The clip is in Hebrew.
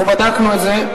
אנחנו בדקנו את זה.